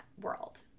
world